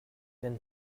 nan